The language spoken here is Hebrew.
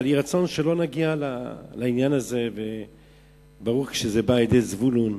הרצון שלא נגיע לעניין הזה ברור כשזה בא על-ידי זבולון,